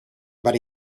but